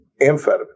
Amphetamine